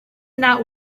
that